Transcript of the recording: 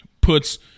puts